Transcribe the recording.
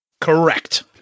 Correct